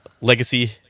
Legacy